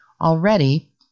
Already